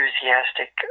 enthusiastic